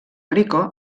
rico